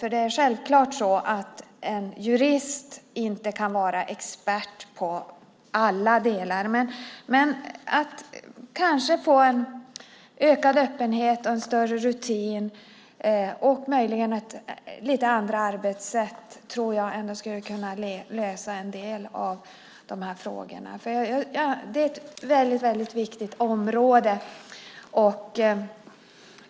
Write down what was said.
Det är självklart så att en jurist inte kan vara expert på alla delar. Men genom att kanske få en ökad öppenhet, en större rutin och möjligen lite andra arbetssätt tror jag att man skulle kunna lösa en del av dessa frågor. Detta är ett väldigt viktigt område.